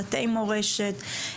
בתי מורשת,